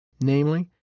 namely